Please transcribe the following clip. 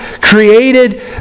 created